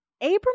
Abram